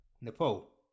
Nepal